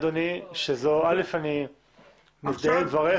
עם דבריך.